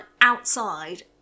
outside